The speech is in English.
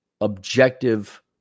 objective